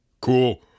Cool